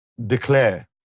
declare